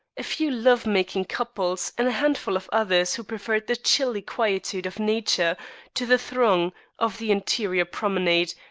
a few love-making couples and a handful of others who preferred the chilly quietude of nature to the throng of the interior promenade,